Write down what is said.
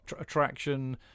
attraction